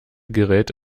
gerät